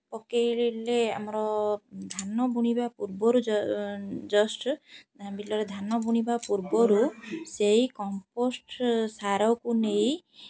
ପକାଇଲେ ଆମର ଧାନ ବୁଣିବା ପୂର୍ବରୁ ଜ ଜଷ୍ଟ ବିଲରେ ଧାନ ବୁଣିବା ପୂର୍ବରୁ ସେଇ କମ୍ପୋଷ୍ଟ ସାରକୁ ନେଇ